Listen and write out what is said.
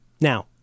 Now